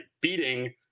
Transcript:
beating